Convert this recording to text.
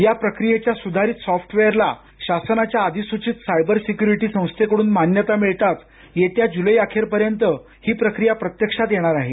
या प्रक्रियेच्या सुधारित सॉफ्टवेअरला शासनाच्या अधिसूचित सायबर सिक्युरिटी संस्थेकडून मान्यता मिळताच येत्या जुलै अखेर पर्यंत ही प्रक्रिया प्रत्यक्षात येणार आहे